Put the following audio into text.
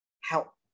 help